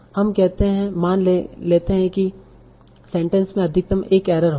हम कहते है मान लेते हैं कि सेंटेंस में अधिकतम एक एरर होगी